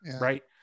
right